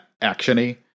action-y